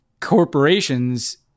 corporations